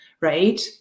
right